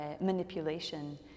manipulation